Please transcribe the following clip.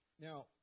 Now